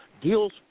deals